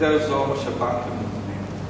יותר בזול ממה שהבנקים נותנים,